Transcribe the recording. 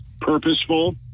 purposeful